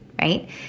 right